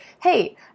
hey